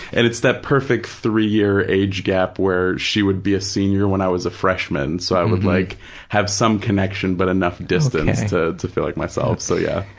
and it's that perfect three-year age gap where she would be a senior when i was a freshman, so i would like have some connection but enough distance to to feel like myself, so yeah.